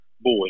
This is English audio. boy